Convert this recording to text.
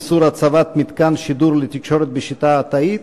איסור הצבת מתקן שידור לתקשורת בשיטה התאית),